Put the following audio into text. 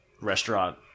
restaurant